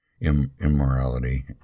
immorality